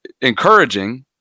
encouraging –